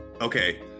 okay